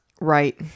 Right